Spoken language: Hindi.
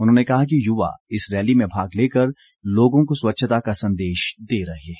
उन्होंने कहा कि युवा इस रैली में भाग लेकर लोगों को स्वच्छता का संदेश दे रहे हैं